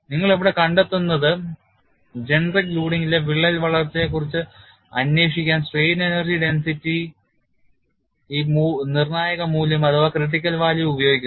നിങ്ങൾ ഇവിടെ കണ്ടെത്തുന്നത് ജനറിക് ലോഡിംഗിലെ വിള്ളൽ വളർച്ചയെക്കുറിച്ച് അന്വേഷിക്കാൻ സ്ട്രെയിൻ എനർജി ഡെൻസിറ്റി ഈ നിർണ്ണായക മൂല്യം ഉപയോഗിക്കുന്നു